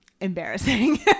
embarrassing